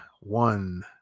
one